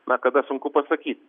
na kada sunku pasakyt